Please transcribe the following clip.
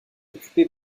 occupé